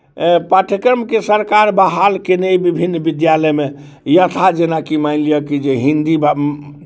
पाठ्यक्रमके सरकार बहाल कयने अइ विभिन्न विद्यालयमे यथा जेनाकि मानि लिअ कि जे हिंदी